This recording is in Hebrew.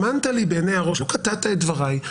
לא קטעת את דבריי,